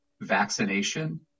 vaccination